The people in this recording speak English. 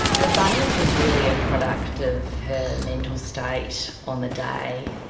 the bunnings was really a product of her mental state on the day.